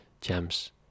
gems